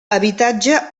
habitatge